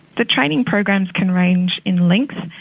the training programs can range in length.